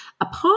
apart